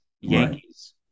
Yankees